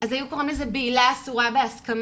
אז היו קוראים לזה בעילה אסורה בהסכמה.